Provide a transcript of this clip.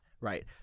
Right